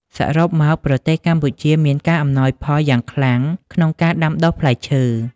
សរុបមក ប្រទេសកម្ពុជាមានការអំណោយផលយ៉ាងខ្លាំងក្នុងការដាំដុះផ្លែឈើ។